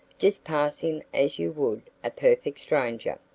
just pass him as you would a perfect stranger.